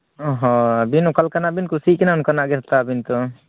ᱦᱚᱸ ᱟᱹᱵᱤᱱ ᱚᱠᱟ ᱞᱮᱠᱟᱱᱟᱜ ᱵᱤᱱ ᱠᱩᱥᱤᱜ ᱠᱟᱱᱟ ᱚᱱᱠᱟᱱᱟᱜ ᱜᱮ ᱦᱟᱛᱟᱣ ᱵᱤᱱ ᱛᱚ